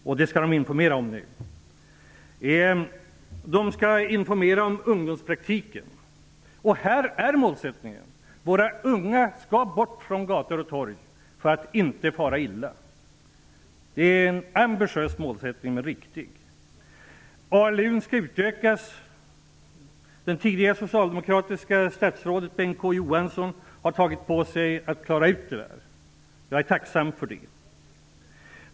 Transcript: Man skall också informera om ungdomspraktiken. Målsättningen är att våra unga skall komma bort från gator och torg, så att de inte far illa. Det är en ambitiös och riktig målsättning. Johansson, har tagit på sig att klara ut detta. Jag är tacksam för det.